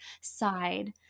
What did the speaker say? side